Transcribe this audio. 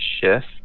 shift